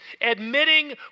admitting